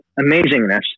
amazingness